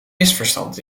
misverstand